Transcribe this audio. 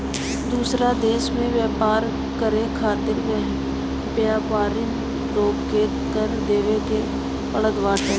दूसरा देस में व्यापार करे खातिर व्यापरिन लोग के कर देवे के पड़त बाटे